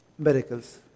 Miracles